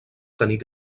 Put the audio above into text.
tenir